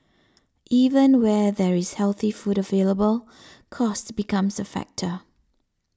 even where there is healthy food available cost becomes a factor